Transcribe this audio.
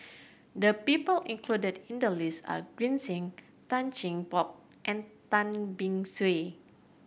the people included in the list are Green Zeng Tan Cheng Bock and Tan Beng Swee